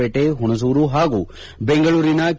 ಪೇಟೆ ಹುಣಸೂರು ಹಾಗೂ ಬೆಂಗಳೂರಿನ ಕೆ